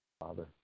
Father